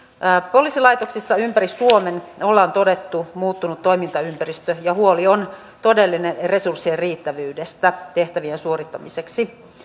poliisilaitoksissa ympäri suomen ollaan todettu muuttunut toimintaympäristö ja huoli resurssien riittävyydestä tehtävien suorittamiseksi on todellinen